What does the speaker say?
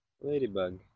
Ladybug